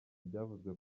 byavuzwe